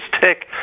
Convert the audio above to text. tick